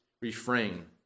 refrain